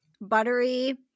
buttery